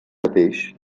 mateix